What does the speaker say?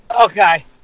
Okay